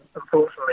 unfortunately